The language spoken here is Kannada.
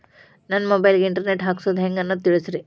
ನನ್ನ ಮೊಬೈಲ್ ಗೆ ಇಂಟರ್ ನೆಟ್ ಹಾಕ್ಸೋದು ಹೆಂಗ್ ಅನ್ನೋದು ತಿಳಸ್ರಿ